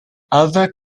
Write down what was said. other